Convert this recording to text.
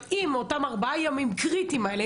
אבל אם אותם ארבעה ימים קריטיים האלה,